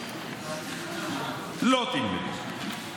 לא תלמדו.